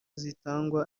zitangwa